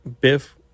Biff